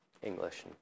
English